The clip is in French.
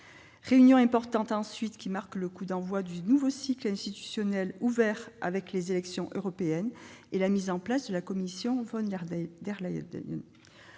réunion importante marque en outre le coup d'envoi du nouveau cycle institutionnel ouvert avec les élections européennes et la mise en place de la Commission von der Leyen.